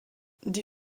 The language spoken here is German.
der